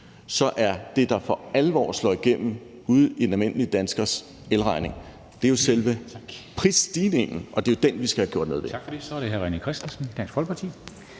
så er det, der for alvor slår igennem på den almindelige danskers elregning, selve prisstigningen. Og det er jo den, vi skal have gjort noget ved. Kl. 09:53 Formanden (Henrik Dam Kristensen): Tak for det.